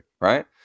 right